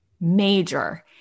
major